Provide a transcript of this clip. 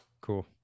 Cool